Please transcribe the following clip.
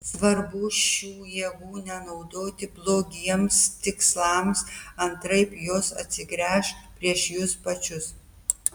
svarbu šių jėgų nenaudoti blogiems tikslams antraip jos atsigręš prieš jus pačius